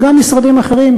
וגם משרדים אחרים,